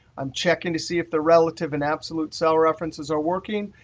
i'm checking to see if the relative and absolute cell references are working.